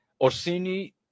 Orsini